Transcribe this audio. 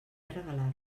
regalar